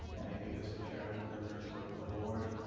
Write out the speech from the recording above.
thank you, mr. chairman, members of the board.